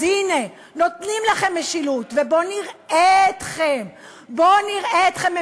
אז הנה, נותנים לכם משילות, ובוא נראה אתכם.